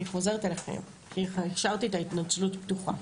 אני חוזרת אליכם כי השארתי את ההתנצלות פתוחה.